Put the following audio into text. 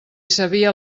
sabia